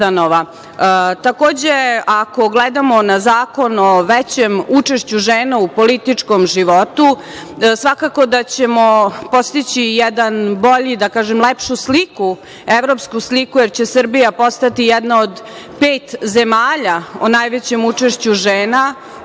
ako gledamo na zakon o većem učešću žena u političkom životu, svakako da ćemo postići jedan bolji, da kažem, lepšu sliku, evropsku sliku kojom će Srbija postati jedna od pet zemalja o najvećem učešću žena u